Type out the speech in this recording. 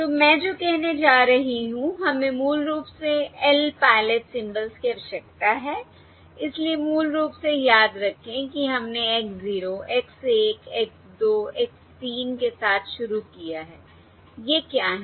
तो मैं जो कहने जा रही हूं हमें मूल रूप से L पायलट सिंबल्स की आवश्यकता है इसलिए मूल रूप से याद रखें कि हमने X 0 X 1 X 2 X 3 के साथ शुरू किया है ये क्या हैं